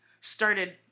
started